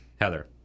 Heather